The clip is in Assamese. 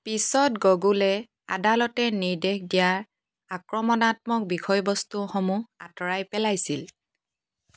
পিছত গুগলে আদালতে নিৰ্দেশ দিয়াত আক্ৰমণাত্মক বিষয়বস্তুসমূহ আঁতৰাই পেলাইছিল